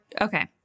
Okay